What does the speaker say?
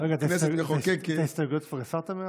כנסת מחוקקת.